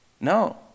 No